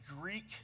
Greek